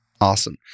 Awesome